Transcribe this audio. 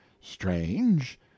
Strange